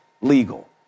legal